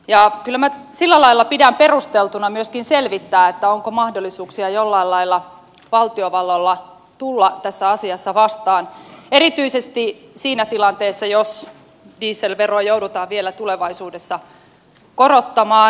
kyllä minä sillä lailla pidän perusteltuna myöskin selvittää onko valtiovallalla mahdollisuuksia jollain lailla tulla tässä asiassa vastaan erityisesti siinä tilanteessa jos dieselveroa joudutaan vielä tulevaisuudessa korottamaan